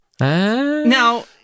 Now